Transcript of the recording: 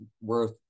worth